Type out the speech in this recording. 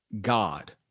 God